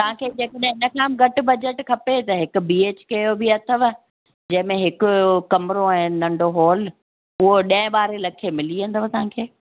तव्हांखे जे कॾहिं न हिन खां बि घटि बजट खपे त हिकु बि एच के जो बि अथव जंहिंमें हिकु कमरो ऐं नंढो हॉल उहो ॾह ॿारहें लखें मिली वेंदव तव्हांखे